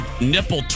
nipple